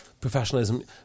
professionalism